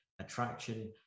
attraction